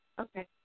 Okay